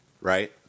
Right